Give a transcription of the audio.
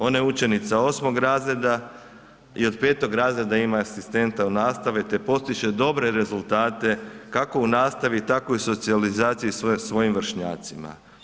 Ona je učenica 8. razreda i od 5. razreda ima asistenta u nastavi, te postiže dobre rezultate kako u nastavi, tako i u socijalizaciji sa svojim vršnjacima.